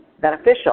beneficial